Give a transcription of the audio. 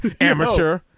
amateur